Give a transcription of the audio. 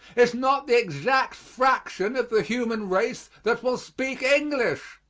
is not the exact fraction of the human race that will speak english.